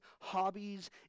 hobbies